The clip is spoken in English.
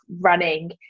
running